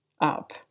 up